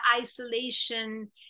isolation